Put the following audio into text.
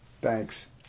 Thanks